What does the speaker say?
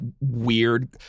weird